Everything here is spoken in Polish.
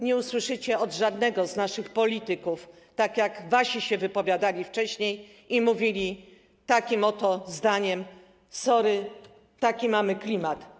Nie usłyszycie tego od żadnego z naszych polityków, tak jak wasi się wypowiadali wcześniej i mówili takie oto zdanie: Sorry, taki mamy klimat.